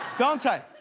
dante.